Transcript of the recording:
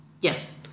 Yes